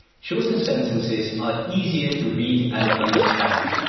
shorter sentences are easier to read and understand.